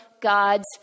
God's